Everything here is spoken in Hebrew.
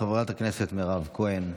חברת הכנסת מירב כהן,